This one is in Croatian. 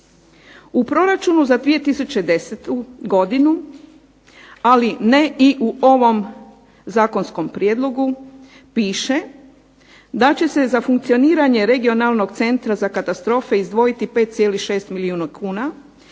U proračunu za 2010. godinu, ali ne i u ovom zakonskom prijedlogu piše da će se za funkcioniranje regionalnog centra za katastrofe izdvojiti 5,6 milijuna kuna